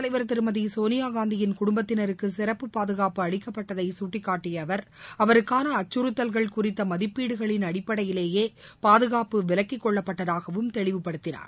தலைவர் திருமதி சோனியாகாந்தியின் குடும்பத்தினருக்கு சிறப்பு பாதுகாப்பு காங்கிரஸ் அளிக்கப்பட்டதை கட்டிக்காட்டிய அவர் அவருக்கான அச்சுறத்தல்கள் குறித்த மதிப்பீடுகளின் அடிப்படையிலேயே பாதுகாப்பு விலக்கிக் கொள்ளப்பட்டதாகவும் தெளிவுப்படுத்தினார்